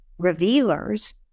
Revealers